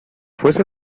fuese